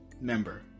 member